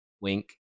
wink